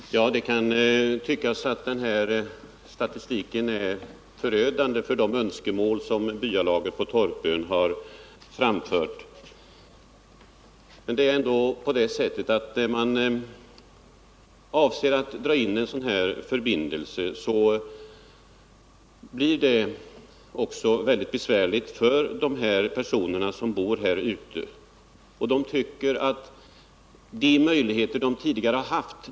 Herr talman! Det kan tyckas som om den här statistiken är förödande för de önskemål som byalaget på Torpön framfört, men det är ändå på det sättet att om man drar in den här förbindelsen så blir det mycket besvärligt för de personer som bor här ute.